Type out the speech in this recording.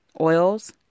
oils